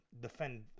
defend